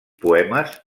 poemes